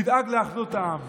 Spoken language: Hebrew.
תדאג לאחדות העם.